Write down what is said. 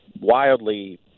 wildly